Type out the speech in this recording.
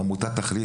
עמותת 'תכלית',